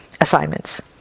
assignments